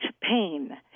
pain